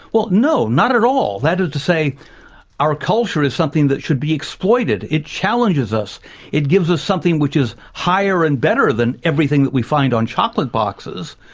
well no, not at all. that is to say our culture is something that should be exploited, it challenges us it gives us something which is higher and better than everything that we find on chocolate boxes.